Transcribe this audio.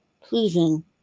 pleasing